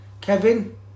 Kevin